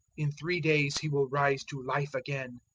in three days he will rise to life again.